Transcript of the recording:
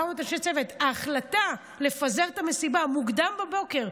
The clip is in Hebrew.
ההחלטה לפזר את המסיבה מוקדם בבוקר,